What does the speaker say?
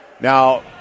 Now